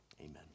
Amen